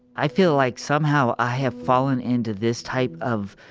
i feel like somehow i have fallen into this type of,